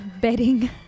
Bedding